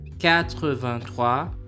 Quatre-vingt-trois